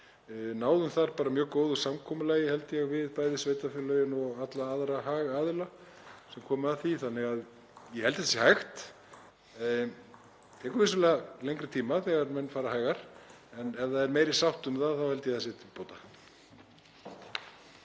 náðum þar mjög góðu samkomulagi, held ég, við bæði sveitarfélögin og alla aðra hagaðila sem komu að því þannig að ég held að þetta sé hægt. Það tekur vissulega lengri tíma þegar menn fara hægar en ef það er meiri sátt um það þá held ég að það sé til bóta.